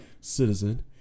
citizen